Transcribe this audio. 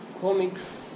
comics